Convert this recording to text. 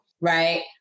right